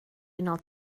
unol